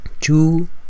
two